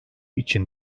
için